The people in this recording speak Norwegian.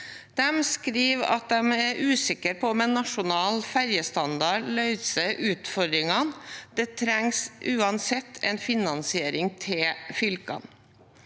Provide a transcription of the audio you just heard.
De skriver at de er usikre på om en nasjonal ferjestandard løser utfordringene. Det trengs uansett en finansiering til fylkene.